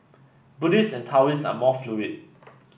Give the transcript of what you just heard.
Buddhists and Taoists are more fluid